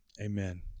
amen